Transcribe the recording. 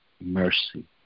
mercy